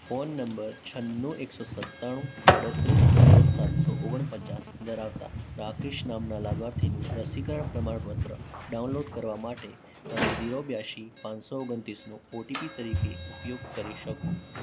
phone number છન્નું એકસો સત્તાણું આડત્રીસ ઝીરો સાતસો ઓગણ પચાસ ધરાવતા રાકેશ નામના લાભાર્થીનું રસીકરણ પ્રમાણપત્ર ડાઉનલોડ કરવા માટે તમે ઝીરો બ્યાંશી પાંચસો ઓગણત્રીસનો ઓટીપી તરીકે ઉપયોગ કરી શકો